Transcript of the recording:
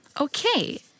Okay